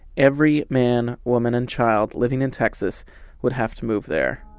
every man woman and child living in texas would have to move there